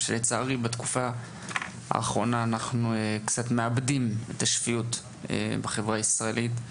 שלצערי בתקופה האחרונה קצת מאבדים את השפיות בחברה הישראלית,